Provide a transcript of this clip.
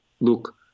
look